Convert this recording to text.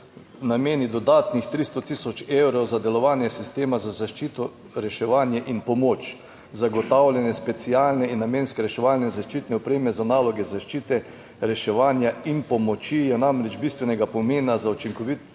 nameni dodatnih 300 tisoč evrov za delovanje sistema za zaščito, reševanje in pomoč. Zagotavljanje specialne in namenske reševalne zaščitne opreme za naloge zaščite, reševanja in pomoči je namreč bistvenega pomena za učinkovit